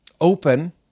open